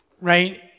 right